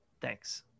Thanks